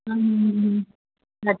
हूं अ